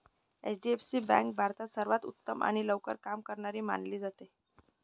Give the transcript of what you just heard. HDFC bank भारतात सर्वांत उत्तम आणि लवकर काम करणारी मानली जाते